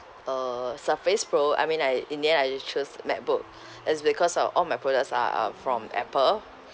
uh surface pro I mean I in the end I choose macbook is because of all my products are are from apple